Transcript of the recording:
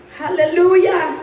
hallelujah